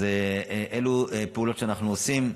להם, אז אלו פעולות שאנחנו עושים.